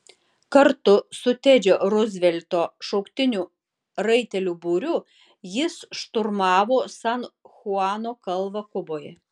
kartu su tedžio ruzvelto šauktinių raitelių būriu jis šturmavo san chuano kalvą kuboje